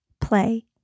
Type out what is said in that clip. play